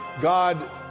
God